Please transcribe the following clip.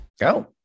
Go